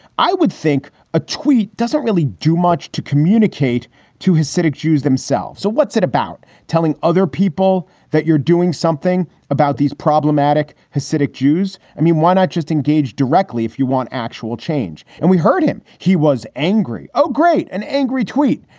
i would think a tweet doesn't really do much to communicate to hasidic jews themselves. so what's it about telling other people that you're doing something about these problematic hasidic jews? i mean, why not just engage directly if you want actual change? and we heard him. he was angry. oh, great. an angry tweet.